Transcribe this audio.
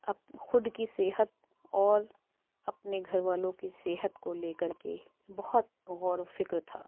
اب خود کی صحت اور اپنے گھر والوں کی صحت کو لے کر کے بہت غور و فکر تھا